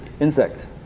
insects